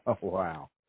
Wow